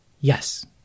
yes